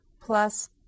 plus